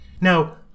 Now